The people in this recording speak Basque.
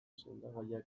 sendagaiak